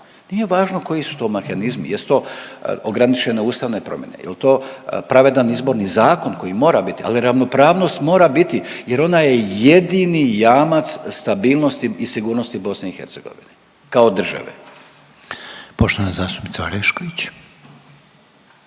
Nije važno koji su to mehanizmi, jesu to ograničene ustavne promjene, jel to pravedan izborni zakon koja mora biti, ali ravnopravnost mora biti jer ona je jedini jamac stabilnost i sigurnosti BiH kao države. **Reiner, Željko